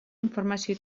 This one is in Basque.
informazio